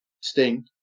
Sting